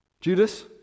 Judas